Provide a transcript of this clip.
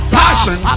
passion